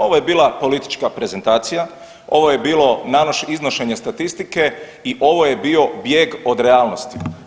Ovo je bila politička prezentacija, ovo je bilo iznošenje statistike i ovo je bio bijeg od realnosti.